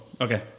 okay